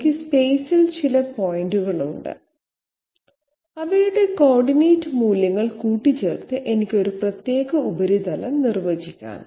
എനിക്ക് സ്പേസിൽ ചില പോയിന്റുകൾ ഉണ്ട് അവയുടെ കോർഡിനേറ്റ് മൂല്യങ്ങൾ കൂട്ടിച്ചേർത്ത് എനിക്ക് ഒരു പ്രത്യേക ഉപരിതലം നിർവചിക്കാം